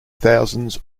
thousands